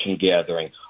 gathering